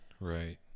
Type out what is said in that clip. right